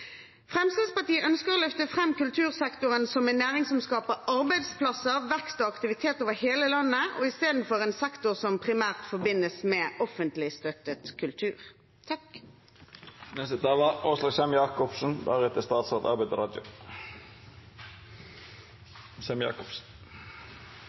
Fremskrittspartiet ønsker å løfte fram kultursektoren som en næring som skaper arbeidsplasser, vekst og aktivitet over hele landet, i stedet for å være en sektor som primært forbindes med offentlig støttet kultur.